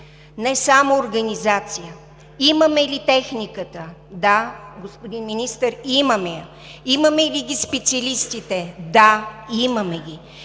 Не само организацията, имаме ли техниката – да, господин Министър, имаме я; имаме ли специалисти – да, имаме ги.